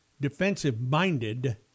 defensive-minded